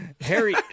Harry